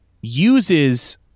uses